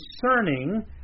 concerning